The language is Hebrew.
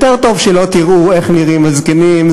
יותר טוב שלא תראו איך נראים הזקנים,